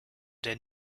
der